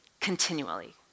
continually